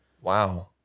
Wow